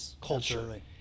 culture